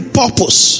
purpose